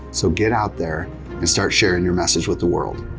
so get out there and start sharing your message with the world.